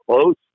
close